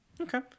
Okay